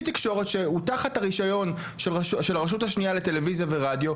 שהוא תחת הרישיון של הרשות השנייה לטלויזיה ורדיו,